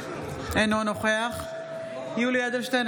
אינו נוכח יולי יואל אדלשטיין,